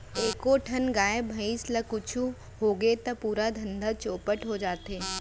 एको ठन गाय, भईंस ल कुछु होगे त पूरा धंधा चैपट हो जाथे